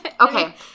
Okay